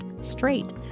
straight